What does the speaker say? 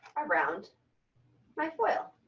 around my foil,